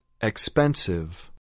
Expensive